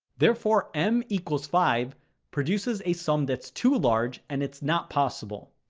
therefore m equals five produces a sum that's too large and it's not possible.